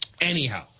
Anyhow